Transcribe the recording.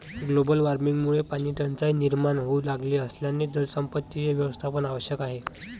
global वॉर्मिंगमुळे पाणीटंचाई निर्माण होऊ लागली असल्याने जलसंपत्तीचे व्यवस्थापन आवश्यक आहे